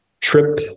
trip